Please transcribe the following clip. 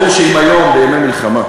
הוא רצה, אבל תחשבו שאם היום, בימי מלחמה,